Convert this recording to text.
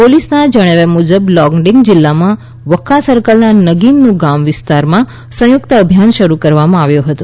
પોલીસના જણાવ્યા મૂજબ લોંગડીંગ જીલ્લામાં વક્કા સર્કલના નગીનુ ગામ વિસ્તારમાં સંયુક્ત અભિયાન શરૂ કરવામાં આવ્યો હતો